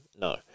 No